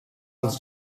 els